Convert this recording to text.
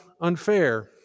unfair